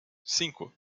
cinco